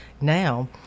now